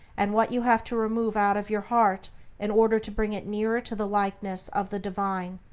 and what you have to remove out of your heart in order to bring it nearer to the likeness of the divine,